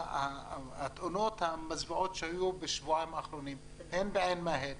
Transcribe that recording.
התאונות המזוויעות שהיו בשבועיים האחרונים - בעין מאהל,